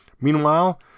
Meanwhile